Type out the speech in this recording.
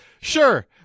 sure